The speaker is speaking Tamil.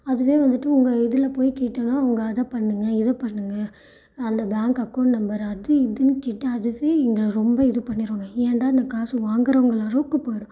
அதுவே வந்துவிட்டு உங்கள் இதில் போய் கேட்டாலும் அவங்க அதை பண்ணுங்கள் இதை பண்ணுங்கள் அந்த பேங்க் அக்கௌண்ட் நம்பர் அது இதுன்னு கேட்டு அதுவே எங்களை ரொம்ப இது பண்ணிடுவாங்க ஏண்டா இந்த காசு வாங்குறோங்கிற அளவுக்கு போய்டும்